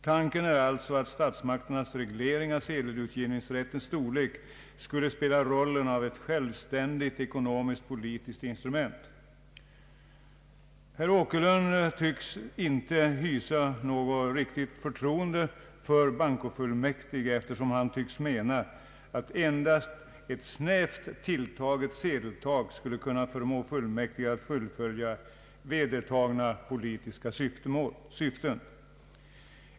Tanken är alltså att statsmakternas reglering av sedelutgivningsrättens storlek skulle spela rollen av ett självständigt ekonomisk-politiskt instrument. Herr Åkerlund tycks inte hysa något riktigt förtroende för bankofullmäktige, eftersom han tycks mena att endast ett snävt tilltaget sedel tak skulle kunna förmå fullmäktige att fullfölja vedertagna penningpolitiska syften.